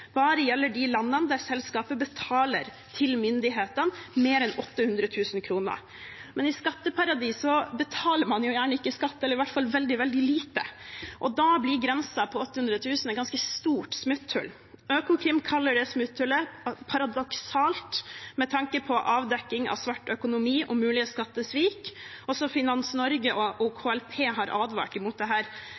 gjerne ikke skatt, eller i hvert fall veldig veldig lite, og da blir grensen på 800 000 kr et ganske stort smutthull. Økokrim kaller det smutthullet paradoksalt med tanke på å avdekke svart økonomi og mulige skattesvik. Også Finans Norge og KLP har advart mot dette smutthullet. Derfor er det